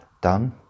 done